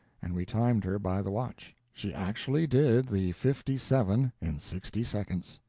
and we timed her by the watch. she actually did the fifty-seven in sixty seconds.